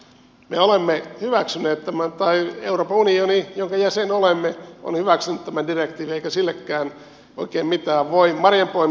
me olemme hyväksyneet tämän tai euroopan unioni jonka jäsen olemme on hyväksynyt tämän direktiivin eikä sillekään oikein mitään voi